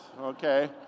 Okay